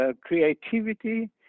creativity